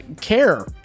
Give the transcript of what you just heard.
care